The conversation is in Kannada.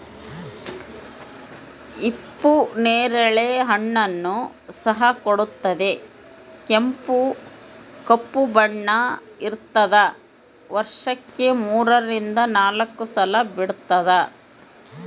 ಹಿಪ್ಪು ನೇರಳೆ ಹಣ್ಣನ್ನು ಸಹ ಕೊಡುತ್ತದೆ ಕೆಂಪು ಕಪ್ಪು ಬಣ್ಣ ಇರ್ತಾದ ವರ್ಷಕ್ಕೆ ಮೂರರಿಂದ ನಾಲ್ಕು ಸಲ ಬಿಡ್ತಾದ